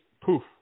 poof